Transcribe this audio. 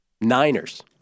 Niners